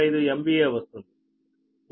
025 MVA వస్తుంది